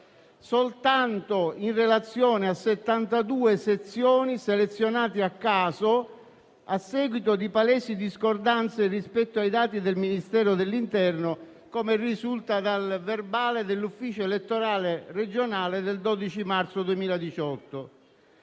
soltanto in relazione a 72 sezioni selezionate a caso, a seguito di palesi discordanze rispetto ai dati del Ministero dell'interno, come risulta dal verbale dell'ufficio elettorale regionale del 12 marzo 2018.